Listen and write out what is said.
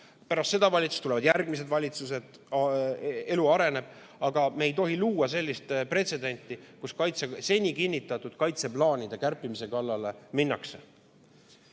Pärast seda valitsust tulevad järgmised valitsused, elu areneb, aga me ei tohi luua sellist pretsedenti, et seni kinnitatud kaitseplaanide kärpimise kallale minnakse.